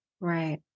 Right